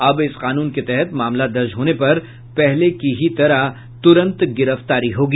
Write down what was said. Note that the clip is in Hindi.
अब इस कानून के तहत मामला दर्ज होने पर पहले की ही तरह तुरंत गिरफ्तारी होगी